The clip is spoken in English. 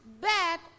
back